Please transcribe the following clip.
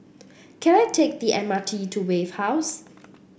can I take the M R T to Wave House